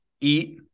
eat